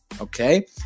okay